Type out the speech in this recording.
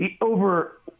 over